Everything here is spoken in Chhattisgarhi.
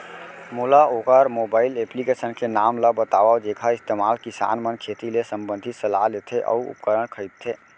मोला वोकर मोबाईल एप्लीकेशन के नाम ल बतावव जेखर इस्तेमाल किसान मन खेती ले संबंधित सलाह लेथे अऊ उपकरण खरीदथे?